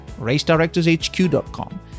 racedirectorshq.com